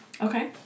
Okay